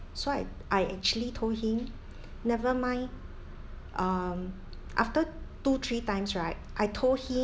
so I I actually told him never mind um after two three times right I told him